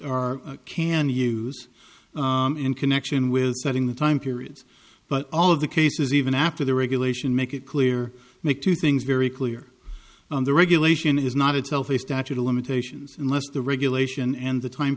are can use in connection with setting the time periods but all of the cases even after the regulation make it clear make two things very clear the regulation is not itself a statute of limitations unless the regulation and the time